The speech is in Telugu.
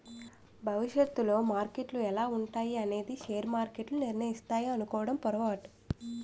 భవిష్యత్తులో మార్కెట్లు ఎలా ఉంటాయి అనేది షేర్ మార్కెట్లు నిర్ణయిస్తాయి అనుకోవడం పొరపాటు